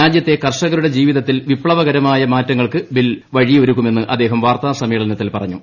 രാജ്യത്തെ കർഷകരുടെ ജീവിതത്തിൽ വിപ്ലവകരമായ മാറ്റങ്ങൾക്ക് ബിൽ വഴിയൊരുക്കുമെന്ന് അദ്ദേഹം വാർത്താസമ്മേളനത്തിൽ പറഞ്ഞു